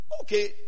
Okay